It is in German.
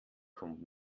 kommt